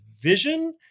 vision